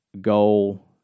goal